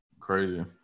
Crazy